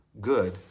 good